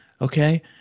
Okay